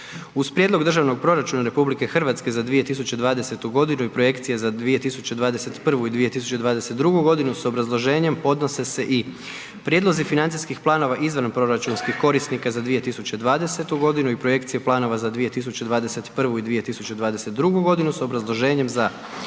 Uz Prijedlog državnog proračuna Republike Hrvatske za 2020. godinu i projekcija za 2021. i 2022. godinu, s obrazloženjem, podnose se i: - Prijedlozi financijskih planova izvanproračunskih korisnika za 2020. i projekcija planova za 2021. i 2022. godinu s obrazloženjem, za: